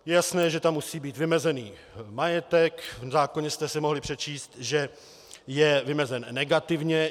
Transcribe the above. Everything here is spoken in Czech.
Je jasné, že tam musí být vymezený majetek, v zákoně jste si mohli přečíst, že je vymezen negativně.